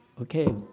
okay